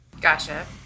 Gotcha